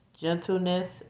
gentleness